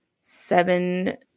seven